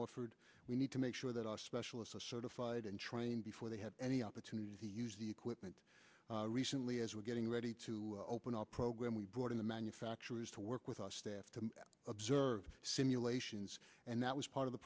offered we need to make sure that our specialists a certified and trained before they have any opportunity to use the equipment recently as we're getting ready to open our program we brought in the manufacturers to work with our staff to observe simulations and that was part of the